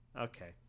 Okay